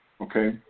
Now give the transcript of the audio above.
okay